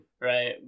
right